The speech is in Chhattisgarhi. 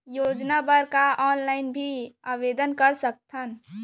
योजना बर का ऑनलाइन भी आवेदन कर सकथन?